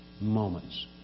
moments